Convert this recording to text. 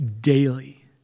daily